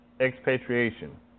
expatriation